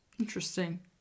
Interesting